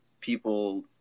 people